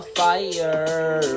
fire